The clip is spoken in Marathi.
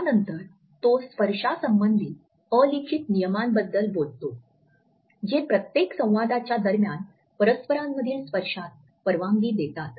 त्यानंतर तो स्पर्शासंबंधित अलिखित नियमांबद्दल बोलतो जे प्रत्येक संवादाच्या दरम्यान परस्परांमधील स्पर्शास परवानगी देतात